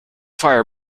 fire